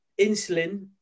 insulin